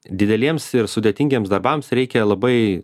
dideliems ir sudėtingiems darbams reikia labai